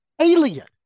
alien